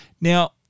Now